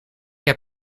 heb